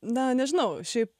na nežinau šiaip